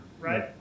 right